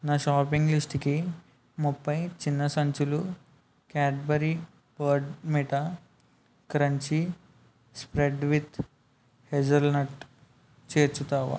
నా షాపింగ్ లిస్టుకి ముఫై చిన్న సంచులు Cadbury Bournvita crunchy spread with hazelnut చేర్చుతావా